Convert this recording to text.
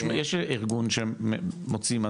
יש ארגון שמוציא.